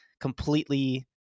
completely